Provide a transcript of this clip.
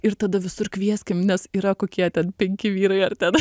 ir tada visur kvieskim nes yra kokie ten penki vyrai ar ten